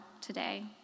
today